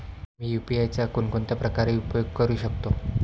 मी UPI चा कोणकोणत्या प्रकारे उपयोग करू शकतो?